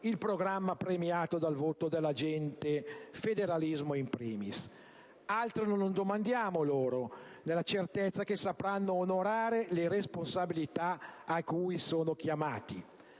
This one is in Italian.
il programma premiato dal voto della gente, federalismo *in primis*. Altro non domandiamo loro, nella certezza che sapranno onorare le responsabilità a cui sono chiamati.